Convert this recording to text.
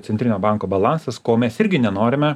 centrinio banko balansas ko mes irgi nenorime